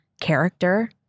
character